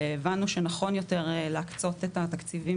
הבנו שנכון יותר להקצות את התקציבים